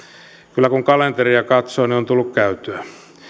kyllä kun kalenteria katsoo on tullut käytyä